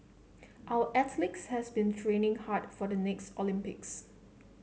our athletes have been training hard for the next Olympics